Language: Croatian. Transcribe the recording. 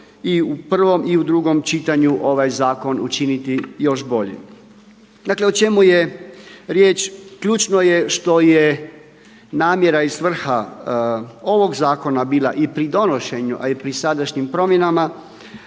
i u prvom i u drugom čitanju ovaj zakon učiniti još boljim.